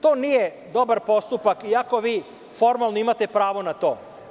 To nije dobar postupak iako vi formalno imate pravo na to.